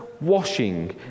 washing